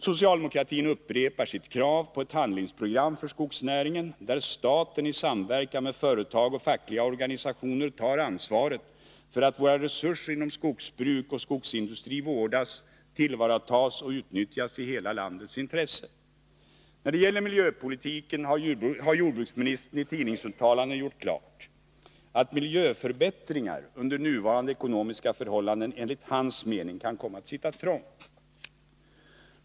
Socialdemokratin upprepar sitt krav på ett handlingsprogram för skogsnäringen, där staten i samverkan med företag och fackliga organisationer tar ansvaret för att våra resurser inom skogsbruk och skogsindustri vårdas, tillvaratas och utnyttjas i hela landets intresse. När det gäller miljöpolitiken har jordbruksministern i tidningsuttalanden gjort klart att miljöförbättringar under nuvarande ekonomiska förhållanden enligt hans mening kan komma att sitta trångt.